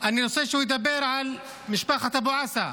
אני רוצה שהוא ידבר על משפחת אבו עסא.